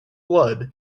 blood